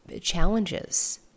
challenges